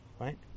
right